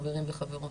חברים וחברות.